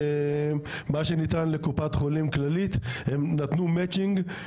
מה שניתן לקופת חולים כללית הם נתנו מצ'ינג,